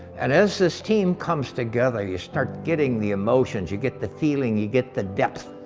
and as this team comes together, you start getting the emotions, you get the feeling, you get the depth,